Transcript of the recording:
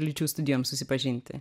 lyčių studijom susipažinti